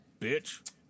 Bitch